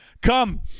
Come